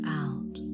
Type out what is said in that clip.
out